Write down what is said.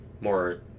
more